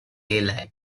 elite